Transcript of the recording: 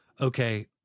okay